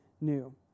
new